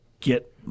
get